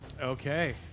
Okay